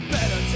Better